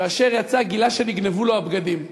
כאשר יצא, גילה שנגנבו לו הבגדים.